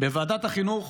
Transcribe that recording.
בוועדת החינוך,